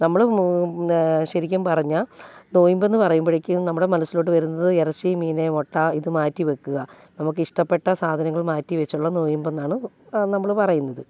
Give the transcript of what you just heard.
നമ്മൾ ശരിക്കും പറഞ്ഞാൽ നൊയിമ്പെന്ന് പറയുമ്പോഴേക്കും നമ്മുടെ മനസ്സിലോട്ട് വരുന്നത് ഇറച്ചി മീൻ മുട്ട ഇത് മാറ്റി വെക്കുക നമുക്ക് ഇഷ്ടപ്പെട്ട സാധനങ്ങൾ മാറ്റി വെച്ചുള്ള നൊയിമ്പെന്നാണ് നമ്മൾ പറയുന്നത്